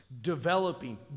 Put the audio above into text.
developing